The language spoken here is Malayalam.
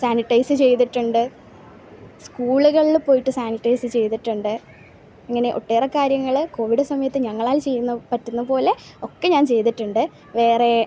സാനിട്ടൈസ് ചെയ്തിട്ടുണ്ട് സ്കൂളുകളിൽ പോയിട്ട് സാനിട്ടൈസ് ചെയ്തിട്ടുണ്ട് ഇങ്ങനെ ഒട്ടേറെ കാര്യങ്ങൾ കോവിഡ് സമയത്ത് ഞങ്ങളാൽ ചെയ്യുന്ന പറ്റുന്ന പോലെ ഒക്കെ ഞാൻ ചെയ്തിട്ടുണ്ട് വേറെ